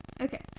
Okay